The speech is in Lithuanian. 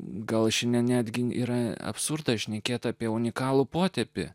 gal ši ne netgi yra absurdas šnekėti apie unikalų potėpį